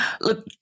Look